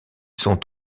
sont